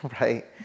Right